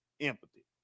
Empathy